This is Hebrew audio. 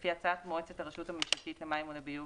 לפי הצעת מועצת הרשות הממשלתית למים ולביוב,